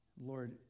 Lord